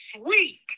sweet